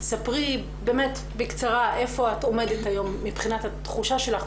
ספרי בקצרה איפה את עומדת היום מבחינת התחושה שלך,